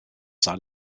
side